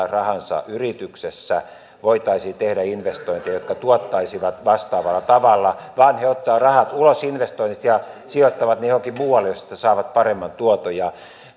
rahansa yrityksessä voitaisiin tehdä investointeja jotka tuottaisivat vastaavalla tavalla vaan he ottavat rahat ulos investoinneista ja sijoittavat ne johonkin muualle josta sitten saavat paremman tuoton